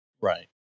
Right